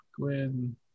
Gwen